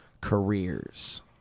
careers